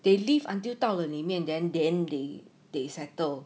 they lived until 到了里面 then then they they settle